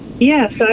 Yes